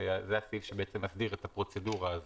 שזה הסעיף שמסדיר את הפרוצדורה הזאת.